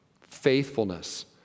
Faithfulness